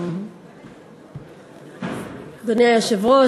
אדוני היושב-ראש,